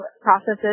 processes